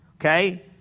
okay